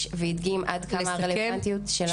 והדגים את הרלוונטיות של הנושא הזה.